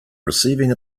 receiving